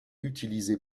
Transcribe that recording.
utilisées